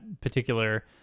particular